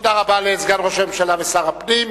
תודה רבה לסגן ראש הממשלה ושר הפנים.